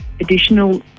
additional